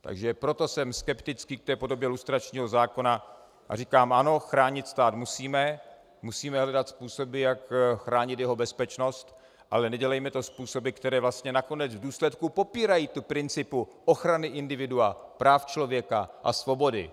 Takže proto jsem skeptický k té podobě lustračního zákona a říkám ano, chránit stát musíme, musíme hledat způsoby, jak chránit jeho bezpečnost, ale nedělejme to způsoby, které vlastně nakonec v důsledku popírají princip ochrany individua, práv člověka a svobody.